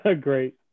Great